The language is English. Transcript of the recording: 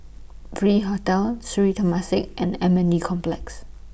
V Hotel Sri Temasek and M N D Complex